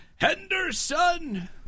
Henderson